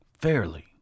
fairly